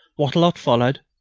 wattrelot followed,